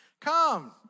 Come